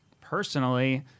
personally